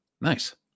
Nice